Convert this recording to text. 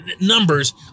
numbers